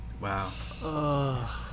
Wow